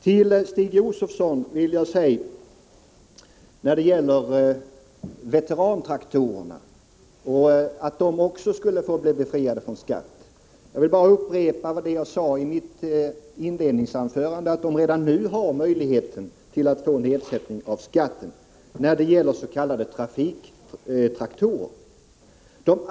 Till Stig Josefson vill jag beträffande veterantraktorernas befrielse från skatt bara upprepa det jag sade i mitt inledningsanförande, nämligen att s.k. trafiktraktorer redan nu har möjlighet att få nedsättning av skatten.